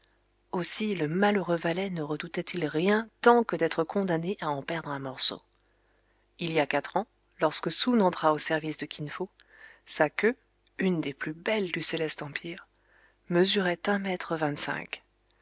aussi le malheureux valet ne redoutait il rien tant que d'être condamné à en perdre un morceau il y a quatre ans lorsque soun entra au service de kin fo sa queue une des plus belles du céleste empire mesurait un mètre vingt-cinq